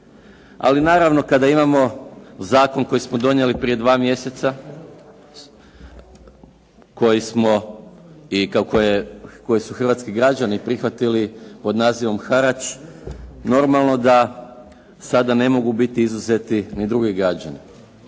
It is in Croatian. Ali naravno, kada imamo zakon koji smo donijeli prije dva mjeseca i koji su hrvatski građani prihvatili pod nazivom harač, normalno da sada ne mogu biti izuzeti ni drugi građani.